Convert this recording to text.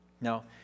Now